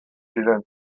ziren